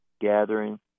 gathering